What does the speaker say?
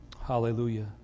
Hallelujah